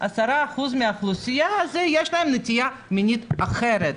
10% מן האוכלוסייה יש להם נטייה מינית אחרת.